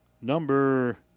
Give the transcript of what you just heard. number